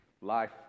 life